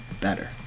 better